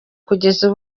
kugeza